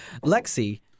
Lexi